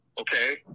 Okay